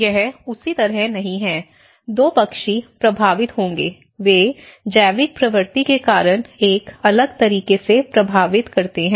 यह उसी तरह नहीं है 2 पक्षी प्रभावित होंगे वे जैविक प्रकृति के कारण एक अलग तरीके से प्रभावित करते हैं